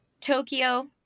Tokyo